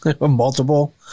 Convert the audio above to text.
multiple